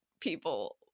people